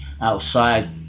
outside